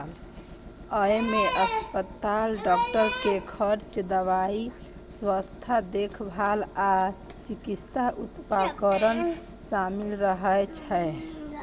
अय मे अस्पताल, डॉक्टर के खर्च, दवाइ, स्वास्थ्य देखभाल आ चिकित्सा उपकरण शामिल रहै छै